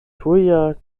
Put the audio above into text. tuja